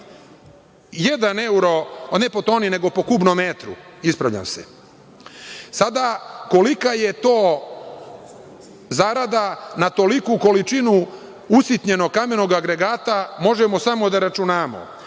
po ceni od 21 evro po kubnom metru, ispravljam se. Sada, kolika je to zarada na toliku količinu usitnjenog kamenog agregata, možemo samo da računamo.